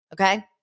Okay